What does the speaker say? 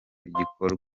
gikorwa